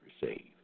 receive